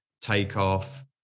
Takeoff